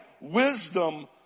wisdom